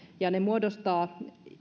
ja ne muodostavat